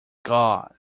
god